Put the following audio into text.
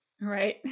Right